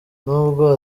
nubwo